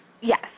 Yes